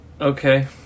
Okay